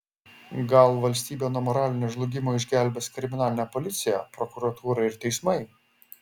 gal valstybę nuo moralinio žlugimo išgelbės kriminalinė policija prokuratūra ir teismai